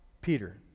peter